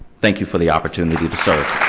thank you for the opportunity to serve.